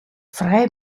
frij